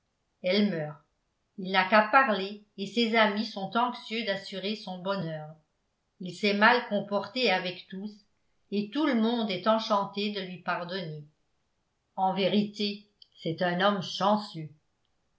elle meurt il n'a qu'à parler et ses amis sont anxieux d'assurer son bonheur il s'est mal comporté avec tous et tout le monde est enchanté de lui pardonner en vérité c'est un homme chanceux